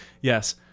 Yes